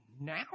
now